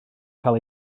cael